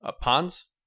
Ponds